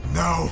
no